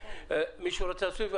מישהו רוצה להוסיף?